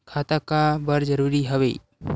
खाता का बर जरूरी हवे?